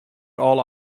alle